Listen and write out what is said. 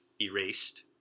erased